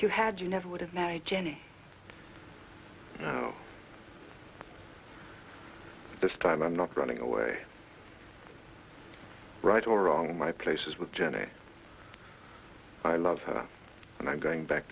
you had you never would have married jenny this time i'm not running away right or wrong my place is with jenna i love her and i'm going back